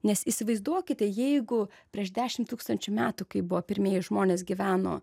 nes įsivaizduokite jeigu prieš dešim tūkstančių metų kai buvo pirmieji žmonės gyveno